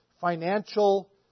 financial